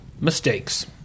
mistakes